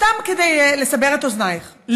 סתם כדי לסבר את אוזנייך,